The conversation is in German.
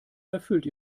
erfüllt